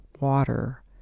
water